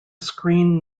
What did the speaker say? screen